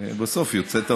בסוף יוצאת עבודה.